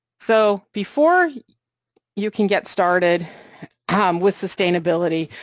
so, before you can get started um with sustainability,